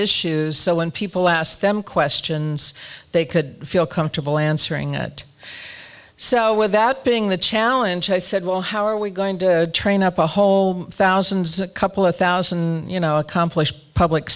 issues so when people asked them questions they could feel comfortable answering it so without being the challenge i said well how are we going to train up a whole thousands a couple a thousand you know accomplished public